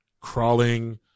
crawling